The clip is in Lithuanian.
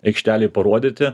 aikštelei parodyti